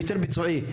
יותר ביצועי.